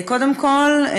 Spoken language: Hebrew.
קודם כול,